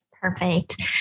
Perfect